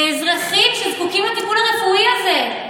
באזרחים שזקוקים לטיפול הרפואי הזה.